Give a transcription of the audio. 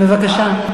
בבקשה.